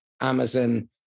Amazon